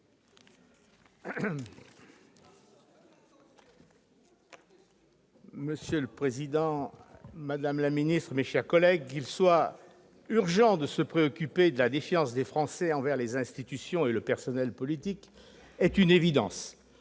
Monsieur le président, madame la garde des sceaux, mes chers collègues, qu'il soit urgent de se préoccuper de la défiance des Français envers les institutions et le personnel politique est une évidence.